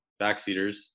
backseaters